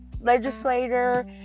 legislator